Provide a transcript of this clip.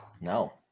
No